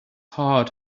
heart